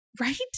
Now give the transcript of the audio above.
Right